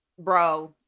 bro